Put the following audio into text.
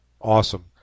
Awesome